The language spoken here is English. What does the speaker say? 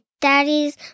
daddy's